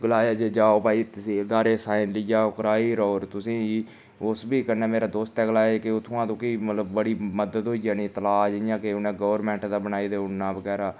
गलाया जे जाओ भई तह्सीलदार दे साइन लेई आओ कराई'र होर तुसेंगी उस फ्ही कन्नै मेरा दोस्तै गलाया कि उत्थुआं तुगी मतलब बड़ी मदद होई जानी ऐ तलाऽ जियां कि उ'नें गोरमेंट दा बनाई देई उड़ना बगैरा